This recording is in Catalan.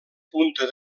punta